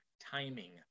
timing